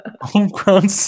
Homegrown